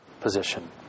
position